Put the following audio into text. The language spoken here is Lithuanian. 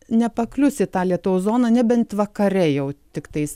nepaklius į tą lietaus zoną nebent vakare jau tiktais